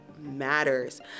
matters